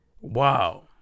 Wow